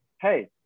hey